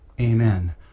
Amen